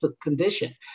condition